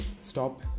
stop